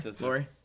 Lori